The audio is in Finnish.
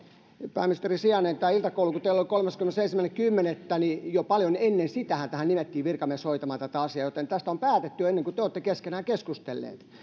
pääministerin sijainen tai kun teillä oli iltakoulu kolmaskymmenesensimmäinen kymmenettä niin jo paljon ennen sitähän tähän nimettiin virkamies hoitamaan tätä asiaa joten tästä on päätetty jo ennen kuin te olette keskenänne keskustelleet